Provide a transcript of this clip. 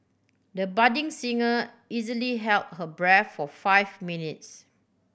the budding singer easily held her breath for five minutes